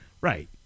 Right